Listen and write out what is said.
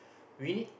we need